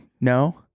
No